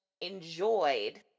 enjoyed